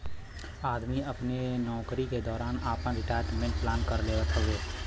आदमी अपने नउकरी के दौरान आपन रिटायरमेंट प्लान कर लेत हउवे